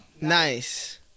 Nice